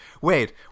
wait